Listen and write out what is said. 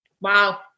Wow